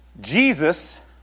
Jesus